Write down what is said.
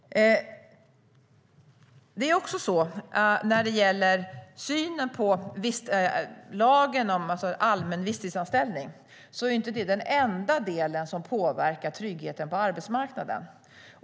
Lagen om allmän visstidsanställning är inte den enda del som påverkar tryggheten på arbetsmarknaden.